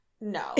No